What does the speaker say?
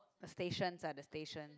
the stations ah the station